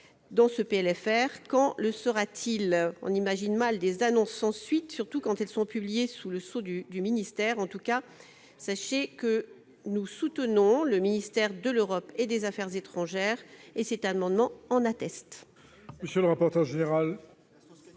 dans ce PLFR, quand le sera-t-il ? On imagine mal des annonces sans suite, surtout quand elles sont publiées sous le sceau du ministère. En tout cas, sachez que nous soutenons le ministère de l'Europe et des affaires étrangères ; cette proposition l'atteste.